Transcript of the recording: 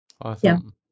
Awesome